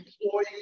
employee